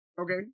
Okay